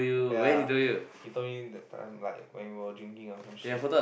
ya he told me that time like when we were drinking or some shit